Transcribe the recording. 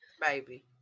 Baby